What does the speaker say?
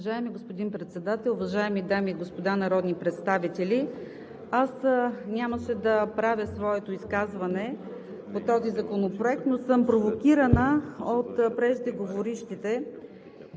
Уважаеми господин Председател, уважаеми дами и господа народни представители! Аз нямаше да правя своето изказване по този законопроект, но съм провокирана от преждеговорившите